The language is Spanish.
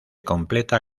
completa